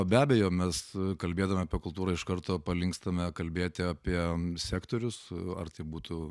be abejo mes kalbėdami apie kultūrą iš karto palinkstame kalbėti apie sektorius ar tai būtų